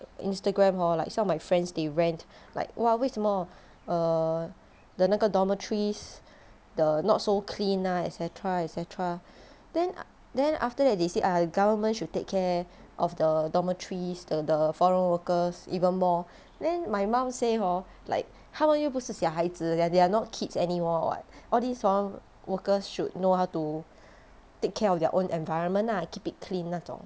instagram hor like some of my friends they rant like 哇为什么 err the 那个 dormitories the not so clean ah et cetera et cetera then then after that they say ah the government should take care of the dormitories the the foreign workers even more then my mum say hor like 他们又不是小孩子 they are they are not kids anymore [what] all these hor workers should know how to take care of their own environment ah keep it clean 那种